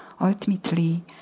Ultimately